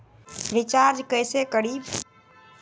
Recharge कैसे करीब?